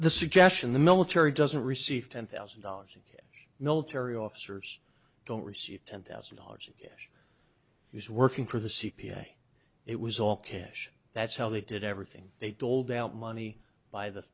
the suggestion the military doesn't receive ten thousand dollars in military officers don't receive ten thousand dollars cash who's working for the c p a it was all cash that's how they did everything they told out money by the